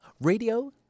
Radio